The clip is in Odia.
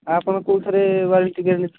ଆପଣ କେଉଁଥିରେ ୱାରଣ୍ଟୀ ଗାରେଣ୍ଟୀ